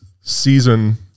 season